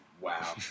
wow